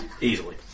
easily